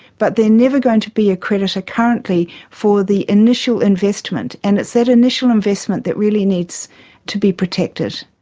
but they are never going to be a creditor currently for the initial investment, and it's that initial investment that really needs to be protected.